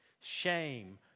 shame